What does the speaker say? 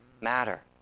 matter